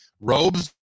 robes